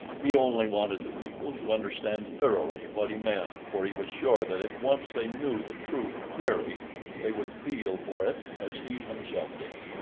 he only wanted the people to understand thoroughly what he meant, for he was sure that if once they knew the truth clearly they would feel for it as he himself did.